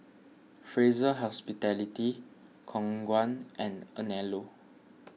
Fraser Hospitality Khong Guan and Anello